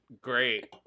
great